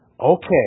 Okay